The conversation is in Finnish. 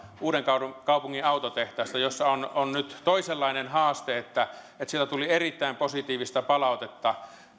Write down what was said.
uudenkaupungin autotehtaalla on on nyt toisenlainen haaste ja oli positiivista kuulla että sieltä tuli erittäin positiivista palautetta